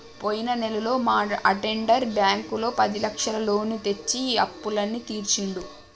పోయిన నెలలో మా అటెండర్ బ్యాంకులో పదిలక్షల లోను తెచ్చి అప్పులన్నీ తీర్చిండు